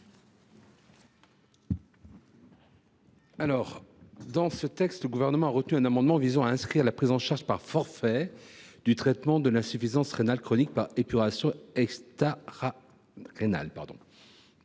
sa responsabilité, le Gouvernement a retenu un amendement visant à inscrire dans la loi la prise en charge par forfait du traitement de l’insuffisance rénale chronique par épuration extrarénale.